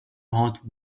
heart